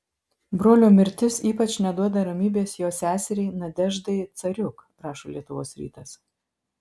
brolio mirtis ypač neduoda ramybės jo seseriai nadeždai cariuk rašo lietuvos rytas